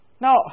Now